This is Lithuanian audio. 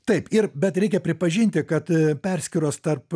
taip ir bet reikia pripažinti kad perskyros tarp